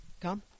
come